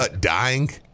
Dying